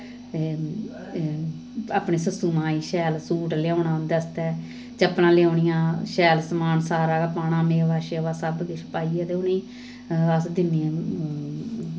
ते अपनी सस्सु मां गी शैल सूट लेऔना उं'दे आस्तै चप्पलां लेऔनियां शैल समान सारा पाना मेवे शेवा सब किश पाइयै ते उ'नेंगी अस दिन्नियां